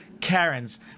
karen's